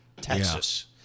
Texas